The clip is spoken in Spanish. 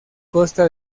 costa